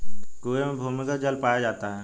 कुएं में भूमिगत जल पाया जाता है